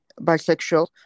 bisexual